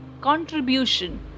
contribution